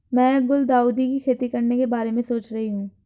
मैं गुलदाउदी की खेती करने के बारे में सोच रही हूं